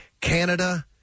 Canada